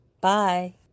Bye